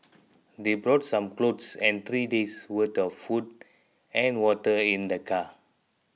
they brought some clothes and three days' worth of food and water in their car